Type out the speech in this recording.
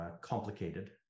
complicated